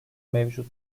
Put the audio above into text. mevcut